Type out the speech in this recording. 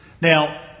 Now